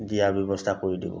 দিয়াৰ ব্যৱস্থা কৰি দিব